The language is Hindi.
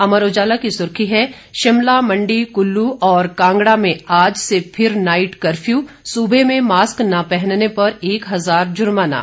अमर उजाला की सुर्खी है शिमला मंडी कुल्लू और कांगड़ा में आज से फिर नाइट कर्फ्यू सूबे में मास्क न पहनने पर एक हजार जुर्माना